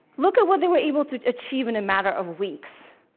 look at what they were able to achieve in a matter of weeks.